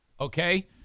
Okay